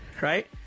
Right